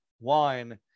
wine